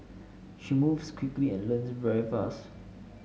she moves quickly and learns very fast